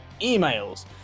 emails